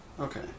Okay